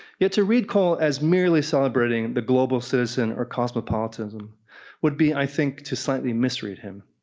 yet, to read cole as merely celebrating the global citizen or cosmopolitanism would be i think to slightly misread him.